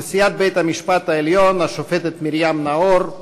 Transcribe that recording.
נשיאת בית-המשפט העליון השופטת מרים נאור,